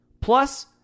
Plus